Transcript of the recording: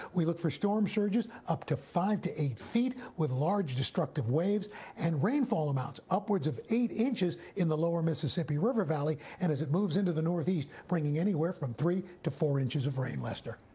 we look for storm surges up to five to eight feet with large destructive waves and rainfall amounts upwards of eight inches in the lower mississippi river valley. and as it moves to the northeast, bringing anywhere from three to four inches of rain, lester.